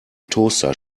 toaster